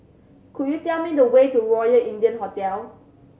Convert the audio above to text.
could you tell me the way to Royal India Hotel